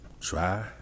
Try